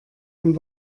und